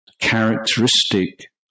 characteristic